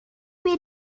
mir